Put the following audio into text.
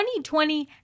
2020